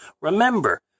Remember